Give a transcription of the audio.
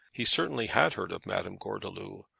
he certainly had heard of madame gordeloup,